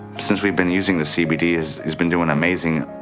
since we've been using the cbd's, he's he's been doing amazing.